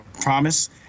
promise